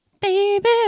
Baby